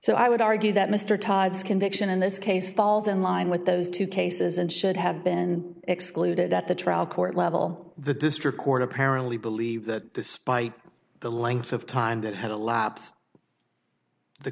so i would argue that mr todd's conviction in this case falls in line with those two cases and should have been excluded at the trial court level the district court apparently believed that the spike the length of time that had a lapse the